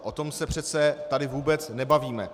O tom se přece tady vůbec nebavíme.